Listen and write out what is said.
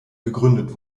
gegründet